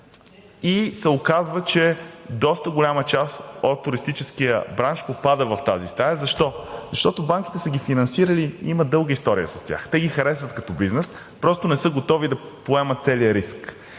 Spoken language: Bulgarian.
И се оказва, че доста голяма част от туристическия бранш попада в тази стая. Защо? Защото банките са ги финансирали и имат дълга история с тях. Те ги харесват като бизнес, просто не са готови да поемат целия риск.